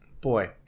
boy